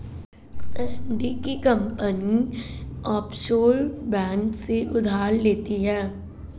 Sandy की कंपनी offshore bank से उधार लेती है